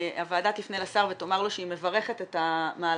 הוועדה תפנה לשר ותאמר לו שהיא מברכת את המהלך